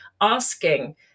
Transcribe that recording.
asking